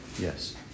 Yes